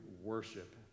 worship